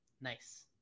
Nice